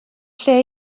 lle